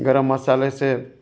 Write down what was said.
गर्म मसाले से